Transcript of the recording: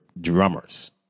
drummers